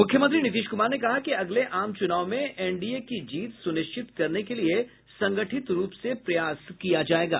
मुख्यमंत्री ने कहा कि अगले आम चुनाव में एनडीए की जीत सुनिश्चित करने के लिए संगठित रूप से प्रयास किया जायेगा